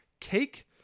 cake